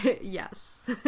yes